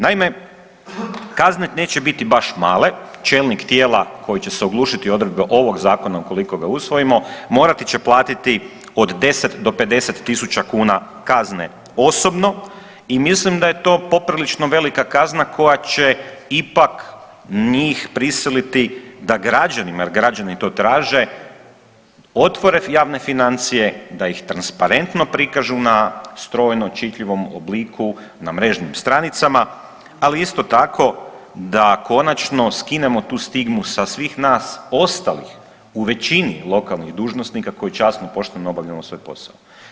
Naime, kazne neće biti baš male, čelnik tijela koji će se oglušiti odredbe ovog zakona ukoliko ga usvojimo, morati će platiti od 10 do 50.000 kuna kazne osobno i mislim da je to poprilično velika kazna koja će ipak njih prisiliti da građanima jer građani to traže otvore javne financije, da ih transparentno prikažu na strojno čitljivom obliku na mrežnim stranicama, ali isto tako da konačno skinemo tu stigmu sa svih nas ostalih u većini lokalnih dužnosnika koji časno i pošteno obavljamo svoj posao.